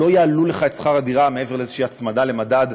לא יעלו לך את שכר הדירה מעבר לאיזושהי הצמדה למדד,